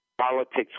Politics